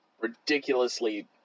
ridiculously